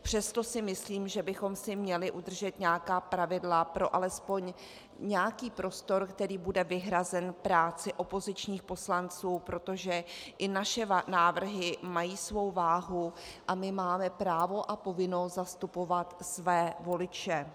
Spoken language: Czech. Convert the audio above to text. Přesto si myslím, že bychom si měli udržet nějaká pravidla pro alespoň nějaký prostor, který bude vyhrazen práci opozičních poslanců, protože i naše návrhy mají svou váhu a my máme právo a povinnost zastupovat své voliče.